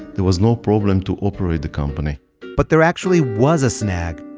there was no problem to operate the company but there actually was a snag.